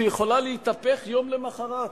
שיכולה להתהפך יום למחרת?